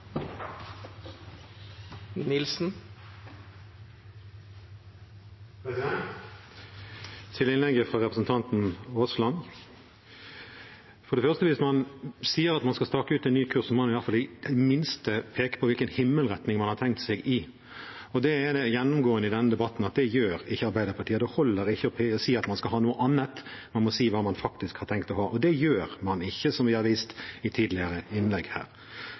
Til innlegget fra representanten Aasland – for det første: Hvis man sier at man skal stake ut en ny kurs, så må man i det minste peke på hvilken himmelretning man har tenkt seg i. Det er det gjennomgående i denne debatten at det gjør ikke Arbeiderpartiet. Det holder ikke å si at man skal ha noe annet; man må si hva man faktisk har tenkt å ha. Og det gjør man ikke, som vi har vist i tidligere innlegg her.